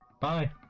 bye